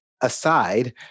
aside